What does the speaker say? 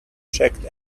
checked